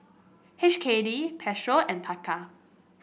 H K D Peso and Taka